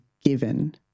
given